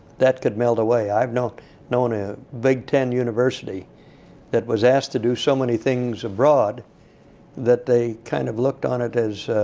that could melt away. i've known known a big ten university that was asked to do so many things abroad that they kind of looked on it as